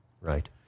right